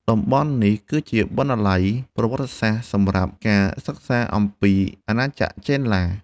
តំបន់នេះគឺជាបណ្ណាល័យប្រវត្តិសាស្ត្រសម្រាប់ការសិក្សាអំពីអាណាចក្រចេនឡា។